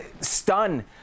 stun